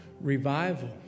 Revival